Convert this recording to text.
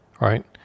right